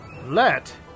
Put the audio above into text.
Let